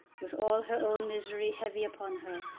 with all her own misery heavy upon her,